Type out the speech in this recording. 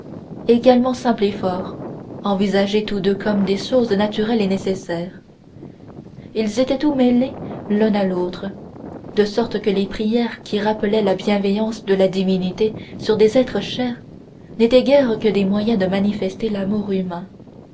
également simples et forts envisagés tous deux comme des choses naturelles et nécessaires ils étaient tout mêlés l'un à l'autre de sorte que les prières qui appelaient la bienveillance de la divinité sur des êtres chers n'étaient guère que des moyens de manifester l'amour humain